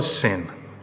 sin